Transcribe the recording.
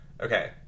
Okay